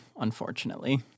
unfortunately